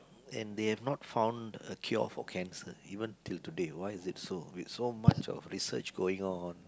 and they have not found a cure for cancer even till today why is it so with so much of research going on